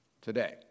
today